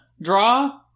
Draw